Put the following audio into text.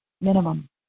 Minimum